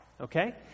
Okay